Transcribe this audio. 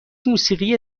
موسیقی